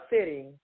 sitting